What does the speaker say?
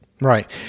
right